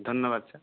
ধন্যবাদ স্যার